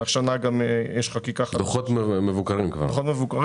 השנה יש חקיקה חדשה.